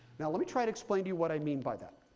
now let me try to explain to you what i mean by that.